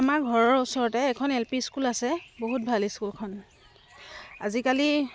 আমাৰ ঘৰৰ ওচৰতে এখন এল পি স্কুল আছে বহুত ভাল স্কুলখন আজিকালি